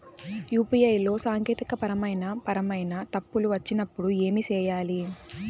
UPI లో సాంకేతికపరమైన పరమైన తప్పులు వచ్చినప్పుడు ఏమి సేయాలి